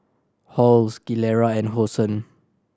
Halls Gilera and Hosen